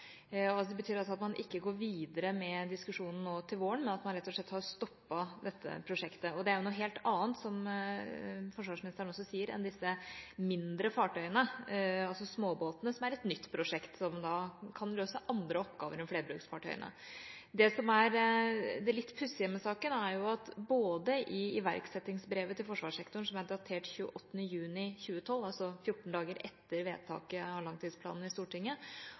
Det betyr altså at man ikke går videre med diskusjonen nå til våren, men at man rett og slett har stoppet dette prosjektet. Det er jo noe helt annet, som forsvarsministeren også sier, enn disse mindre fartøyene, småbåtene, som er et nytt prosjekt som kan løse andre oppgaver enn flerbruksfartøyene. Det som er det litt pussige med saken, er at både iverksettingsbrevet til forsvarssektoren, som er datert 28. juni 2012, altså fjorten dager etter vedtaket av langtidsplanen i Stortinget,